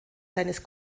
seines